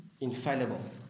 infallible